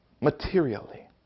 materially